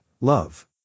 love